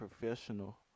professional